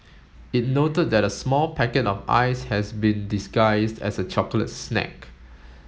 it noted that a small packet of Ice has been disguised as a chocolate snack